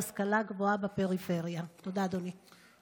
רבים מהסטודנטים שמגיעים ללימודים בפריפריה בזכות ההטבה